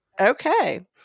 Okay